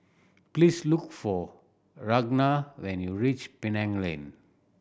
please look for Ragna when you reach Penang Lane